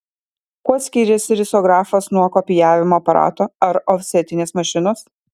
kuo skiriasi risografas nuo kopijavimo aparato ar ofsetinės mašinos